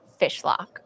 Fishlock